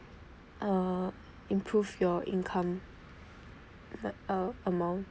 err improve your income like uh amount